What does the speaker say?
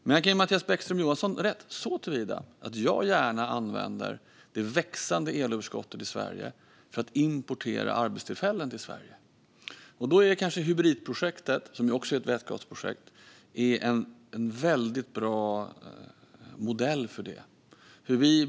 Jag kan dock ge Mattias Bäckström Johansson rätt såtillvida att jag gärna använder det växande elöverskottet i Sverige för att importera arbetstillfällen till Sverige. Då är kanske Hybritprojektet, som också är ett vätgasprojekt, en bra modell för det.